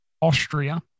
Austria